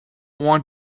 want